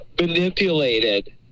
manipulated